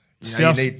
South